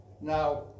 now